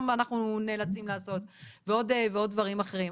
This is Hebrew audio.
אנחנו נאלצים לעשות ועוד כל מיני דברים אחרים.